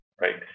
right